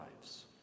lives